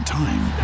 time